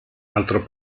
altro